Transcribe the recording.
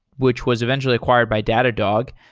which was eventually acquired by datadog.